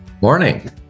Morning